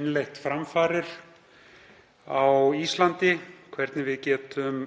innleitt framfarir á Íslandi, hvernig við getum